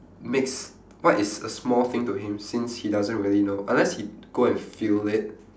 makes what is a small thing to him since he doesn't really know unless he go and feel it